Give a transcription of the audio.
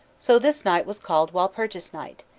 so this night was called walpurgis night,